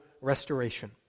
restoration